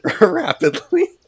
rapidly